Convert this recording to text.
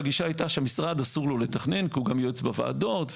והגישה הייתה שלמשרד אסור לתכנן כי הוא גם יועץ בוועדות וכו',